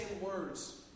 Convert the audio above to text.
words